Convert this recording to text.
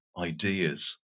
ideas